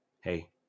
Hey